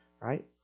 right